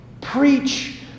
Preach